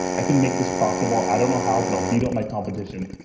i can make this profitable. i don't know how but i'll beat out my competition.